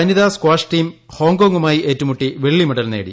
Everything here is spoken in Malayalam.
വനിതാ സ്ക്കാഷ് ടീം ഹോങ്കോങ്ങുമായി ഏറ്റുമുട്ടി വെള്ളിമെഡൽ നേടി